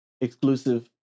exclusive